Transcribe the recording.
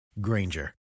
Granger